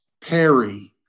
Perry